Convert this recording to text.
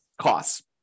costs